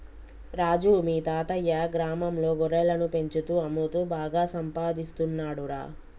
రాజు మీ తాతయ్యా గ్రామంలో గొర్రెలను పెంచుతూ అమ్ముతూ బాగా సంపాదిస్తున్నాడురా